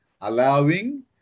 allowing